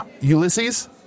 Ulysses